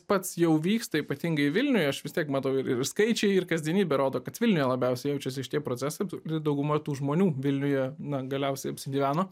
pats jau vyksta ypatingai vilniuje aš vis tiek matau ir ir skaičiai ir kasdienybė rodo kad vilniuje labiausiai jaučiasi šitie procesai ir dauguma tų žmonių vilniuje na galiausiai apsigyveno